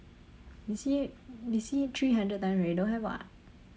we see we see three hundred times already don't have [what]